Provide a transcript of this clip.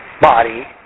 body